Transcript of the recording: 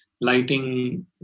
lighting